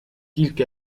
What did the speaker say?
تلك